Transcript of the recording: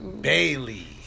Bailey